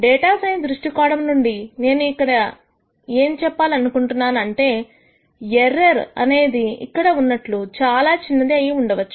data science దృష్టి కోణం నుండి నేను ఏం చెప్పాలి అనుకుంటున్నాను అంటే ఎర్రర్ అనేది ఇక్కడ ఉన్నట్టు చాలా చిన్నది అయి ఉండవచ్చు